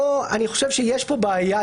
פה אני חושב שיש בעיה.